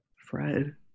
Fred